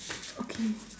okay